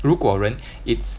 如果人 it's